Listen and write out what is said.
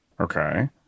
Okay